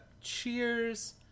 cheers